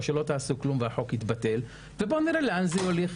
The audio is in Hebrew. או שלא תעשו כלום והחוק יתבטל ובואו נראה לאן זה ילך,